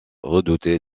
redouter